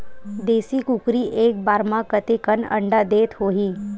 देशी कुकरी एक बार म कतेकन अंडा देत होही?